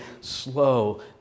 slow